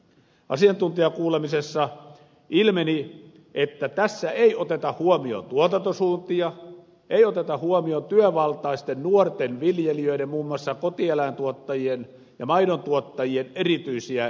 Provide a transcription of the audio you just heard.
asiantuntijakuulemisessa ilmeni että tässä ei oteta huomioon tuotantosuuntia ei oteta huomioon työvaltaisten nuorten viljelijöiden muun muassa kotieläintuottajien ja maidontuottajien erityisiä vaikeuksia